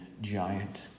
giant